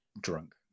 drunk